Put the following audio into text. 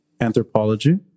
anthropology